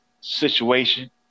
situation